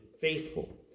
faithful